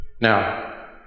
Now